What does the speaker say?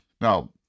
Now